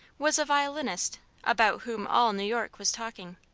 was a violinist about whom all new york was talking.